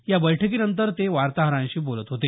या बैठकीनंतर ते वार्ताहरांशी बोलत होते